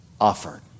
offered